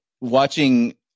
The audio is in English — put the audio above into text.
watching